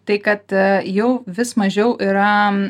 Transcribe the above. tai kad jau vis mažiau yra